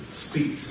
speak